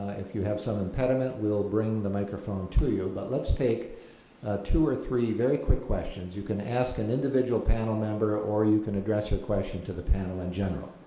if you have some impediment we'll bring the microphone to you, but let's take two or three very quick questions, you can ask an individual panel member or you can address your question to the panel in general.